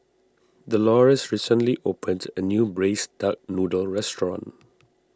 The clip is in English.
Dolores recently opened a new Braised Duck Noodle restaurant